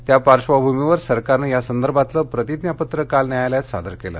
या पार्धभूमीवर सरकारनं या संदर्भातलं प्रतिज्ञापत्र काल न्यायालयात सादर केलं